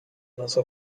nocą